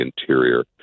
interior